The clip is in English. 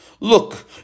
Look